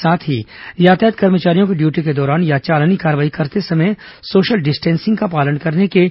साथ ही यातायात कर्मचारियों को ड्यूटी के दौरान या चालानी कार्रवाई करते समय सोशल डिस्टेंसिंग का पालन करने के निर्देश भी दिए हैं